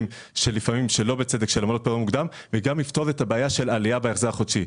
על עמלת פירעון מוקדם וגם את הבעיה של העלייה בהחזר החודשי.